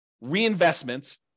reinvestment